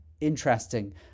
interesting